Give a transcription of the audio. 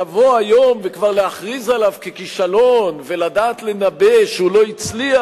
לבוא היום וכבר להכריז עליו ככישלון ולדעת לנבא שהוא לא הצליח,